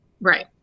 Right